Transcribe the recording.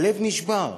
הלב נשבר.